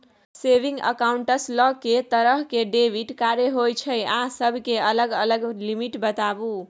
Saving accounts ल के तरह के डेबिट कार्ड होय छै आ सब के अलग अलग लिमिट बताबू?